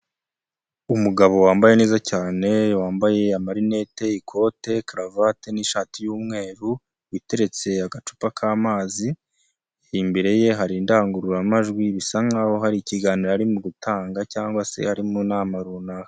Umugabo wambaye neza cyane, wambaye amarinete y'ikote karavate n'ishati y'umweru, witeretse agacupa k'amazi, imbere ye hari indangururamajwi, bisa nk'aho hari ikiganiro arimo gutanga cyangwa se ari mu nama runaka.